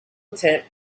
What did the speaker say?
attempt